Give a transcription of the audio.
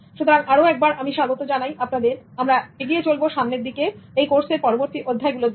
সুতরাং আরো একবার আমি স্বাগত জানাই আপনাদের আমরা এগিয়ে চলবো সামনের দিকে এই কোর্সের পরবর্তী অধ্যায়গুলো দিকে